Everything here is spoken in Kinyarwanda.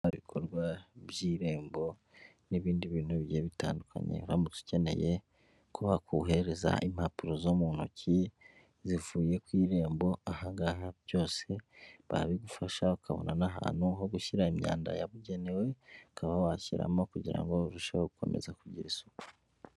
Hari ibikorwa by'irembo n'ibindi bintu bigiye bitandukanye hamutse ukeneye kubakohereza impapuro zo mu ntoki zivuye ku irembo ahaha byose babigufasha ukabona n'ahantu ho gushyira imyanda yabugenewe uka washyiramo kugira ngo barusheho gukomeza kugira isuku.